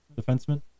defenseman